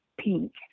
pink